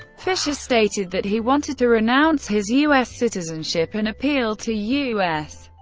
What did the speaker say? fischer stated that he wanted to renounce his u s. citizenship, and appealed to u s.